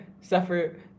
suffer